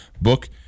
Book